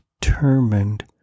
determined